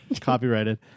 Copyrighted